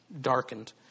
darkened